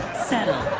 settl.